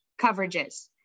coverages